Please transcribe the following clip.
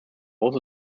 also